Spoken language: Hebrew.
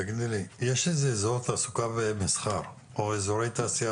יש אזור תעסוקה ומסחר או אזורי תעשייה